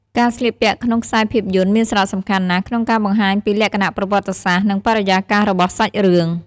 ការស្លៀកពាក់ក្នុងខ្សែភាពយន្តមានសារៈសំខាន់ណាស់ក្នុងការបង្ហាញពីលក្ខណៈប្រវត្តិសាស្ត្រ និងបរិយាកាសរបស់សាច់រឿង។